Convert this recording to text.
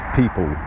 people